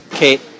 Kate